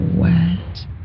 wet